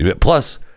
Plus